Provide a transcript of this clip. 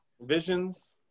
Visions